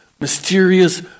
mysterious